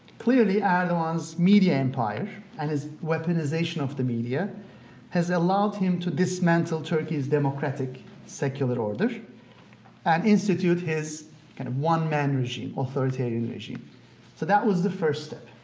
clearly erdogan's media empire and his weaponization of the media has allowed him to dismantle turkey's democratic, secular order and institute his kind of one-man regime, authoritarian regime, so that was the first step.